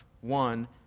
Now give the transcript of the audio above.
One